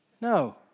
No